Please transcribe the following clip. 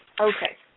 Okay